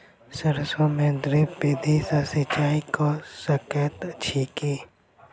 सैरसो मे ड्रिप विधि सँ सिंचाई कऽ सकैत छी की?